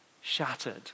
shattered